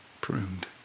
pruned